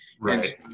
Right